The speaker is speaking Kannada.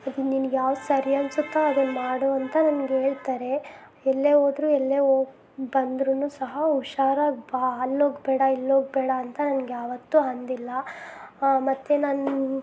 ಅದು ನಿನಗೆ ಯಾವ್ದು ಸರಿ ಅನ್ನಿಸುತ್ತೋ ಅದನ್ನ ಮಾಡು ಅಂತ ನನ್ಗೆ ಹೇಳ್ತಾರೆ ಎಲ್ಲೇ ಹೋದ್ರೂ ಎಲ್ಲೇ ಹೋಗ್ ಬಂದ್ರೂ ಸಹ ಹುಷಾರಾಗಿ ಬಾ ಅಲ್ಲಿ ಹೋಗಬೇಡ ಇಲ್ಲಿ ಹೋಗಬೇಡ ಅಂತ ನನ್ಗೆ ಯಾವತ್ತೂ ಅಂದಿಲ್ಲ ಮತ್ತು ನಾನು